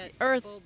Earth